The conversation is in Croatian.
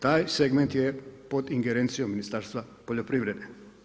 Taj segment je pod ingerencijom Ministarstva poljoprivrede.